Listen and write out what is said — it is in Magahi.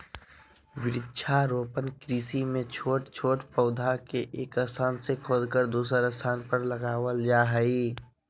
वृक्षारोपण कृषि मे छोट छोट पौधा के एक स्थान से खोदकर दुसर स्थान पर लगावल जा हई